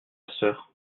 sœur